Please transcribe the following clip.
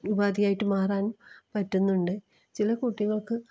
ഉപാധിയായിട്ട് മാറാൻ പറ്റുന്നുണ്ട് ചില കുട്ടികൾക്ക്